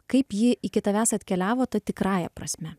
kaip ji iki tavęs atkeliavo ta tikrąja prasme